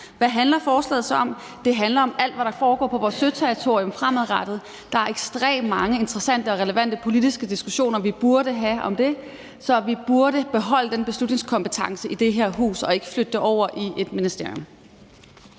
Hvad handler forslaget så om? Det handler om alt, hvad der foregår på vores søterritorium fremadrettet. Der er ekstremt mange interessante og relevante politiske diskussioner, vi burde have om det, så vi burde beholde den beslutningskompetence i det her hus og ikke flytte den over i et ministerium.